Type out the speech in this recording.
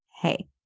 hey